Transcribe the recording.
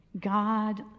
God